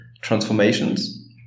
transformations